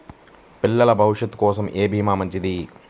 పిల్లల భవిష్యత్ కోసం ఏ భీమా మంచిది?